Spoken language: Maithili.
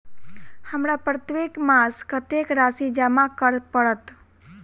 हमरा प्रत्येक मास कत्तेक राशि जमा करऽ पड़त?